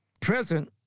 present